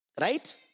right